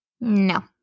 no